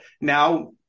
now